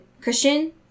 Christian